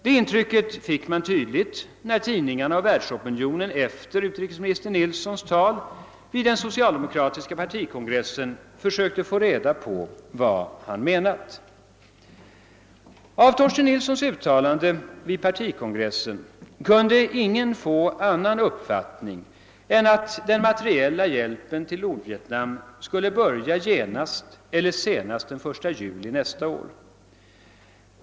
Det intrycket fick man tydligt när tidningarna och världsopinionen efter utrikesminister Nilssons tal vid den socialdemokratiska partikongressen försökte få reda på vad han menat. Av Torsten Nilssons uttalande vid partikongressen kunde ingen få någon annan uppfattning än att den materiella hjälpen till Nordvietnam skulle börja genast eller senast den 1 juli nästa år.